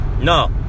No